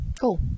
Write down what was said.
Cool